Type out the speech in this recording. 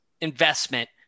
investment